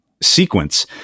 sequence